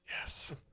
Yes